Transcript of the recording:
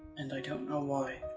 and i don't know why.